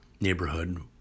neighborhood